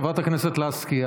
חברת הכנסת לסקי,